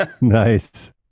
nice